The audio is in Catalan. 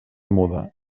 muda